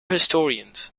historians